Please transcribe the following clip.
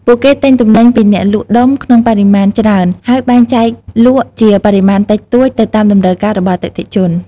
ពួកគេទិញទំនិញពីអ្នកលក់ដុំក្នុងបរិមាណច្រើន ហើយបែងចែកលក់ជាបរិមាណតិចតួចទៅតាមតម្រូវការរបស់អតិថិជន។